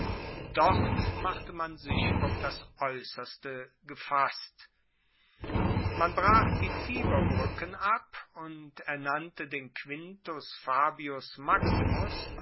dort machte man sich auf das aeusserste gefasst man brach die tiberbruecken ab und ernannte den quintus fabius maximus